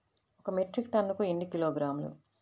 ఒక మెట్రిక్ టన్నుకు ఎన్ని కిలోగ్రాములు?